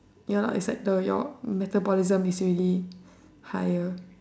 ya lah it's like the your metabolism is really higher